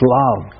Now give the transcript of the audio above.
love